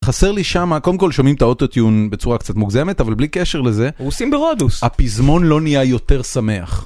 חסר לי שם, קודם כל שומעים את האוטוטיון בצורה קצת מוגזמת, אבל בלי קשר לזה. - רוסים ברודוס. - הפזמון לא נהיה יותר שמח.